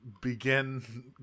begin